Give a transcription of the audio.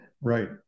Right